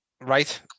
Right